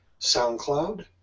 SoundCloud